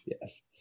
Yes